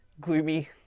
gloomy